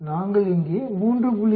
நாங்கள் இங்கே 3